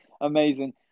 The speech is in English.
Amazing